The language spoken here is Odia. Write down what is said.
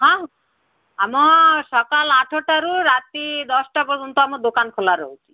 ହଁ ଆମ ସକାଳ ଆଠଟାରୁ ରାତି ଦଶଟା ପର୍ଯ୍ୟନ୍ତ ଆମ ଦୋକାନ ଖୋଲା ରହୁଛି